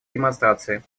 демонстрации